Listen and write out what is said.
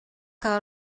que